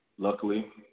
Luckily